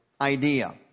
idea